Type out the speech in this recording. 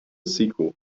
sequel